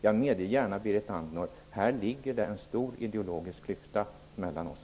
Jag medger gärna, Berit Andnor, att här ligger en stor ideologisk klyfta mellan oss.